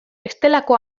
bestelako